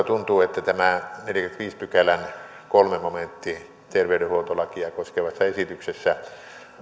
tuntuu että tämä neljännenkymmenennenviidennen pykälän kolmas momentti terveydenhuoltolakia koskevassa esityksessä